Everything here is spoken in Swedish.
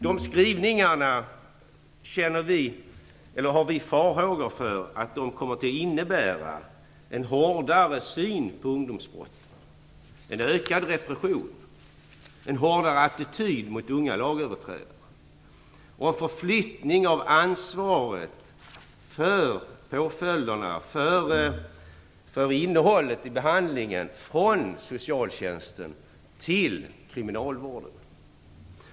De skrivningarna befarar vi kommer att innebära en hårdare syn på ungdomsbrott, en ökad repression, en hårdare attityd mot unga lagöverträdare och en förflyttning av ansvaret för påföljderna, för innehållet i behandlingen, från socialtjänsten till kriminalvården.